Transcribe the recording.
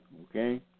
okay